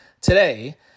today